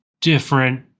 different